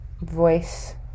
voice